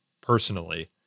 personally